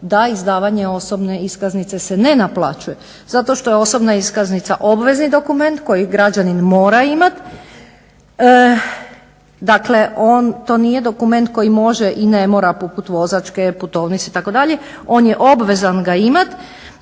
da izdavanje osobne iskaznice se ne naplaćuje zato što je osobna iskaznica obvezni dokument koji građanin mora imat. Dakle to nije dokument koji može i ne mora poput vozačke, putovnice itd., on je obvezan ga imati